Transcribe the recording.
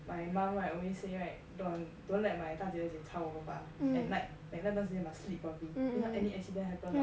my mum right always say right don't don't let my 大姐二姐吵我爸爸 at night like 那些 must sleep properly if not any accident happened hor